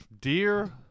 Dear